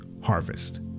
Harvest